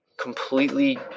completely